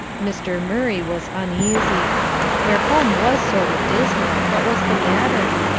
mr. murray was uneasy their home was sort of dismal what was the matter?